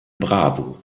bravo